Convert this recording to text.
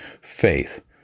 faith